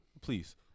Please